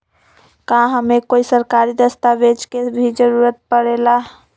का हमे कोई सरकारी दस्तावेज के भी जरूरत परे ला?